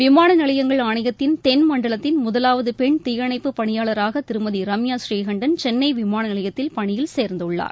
விமான நிலையங்கள் ஆணையத்தின் தென் மண்டலத்தில் முதலாவது பெண் தீயணைப்புப் பணியாளராக திருமதி ரம்யா ஸ்ரீகண்டன் சென்னை விமான நிலையத்தில் பணியில் சேர்ந்துள்ளார்